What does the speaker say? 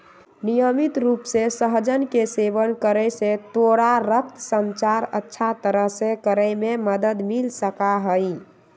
नियमित रूप से सहजन के सेवन करे से तोरा रक्त संचार अच्छा तरह से करे में मदद मिल सका हई